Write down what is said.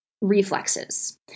reflexes